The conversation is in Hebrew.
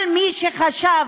כל מי שחשב,